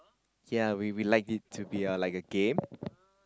ya we we like it to be a like a game